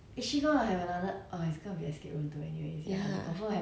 but then it's so ingenious leh the way they think about eh everything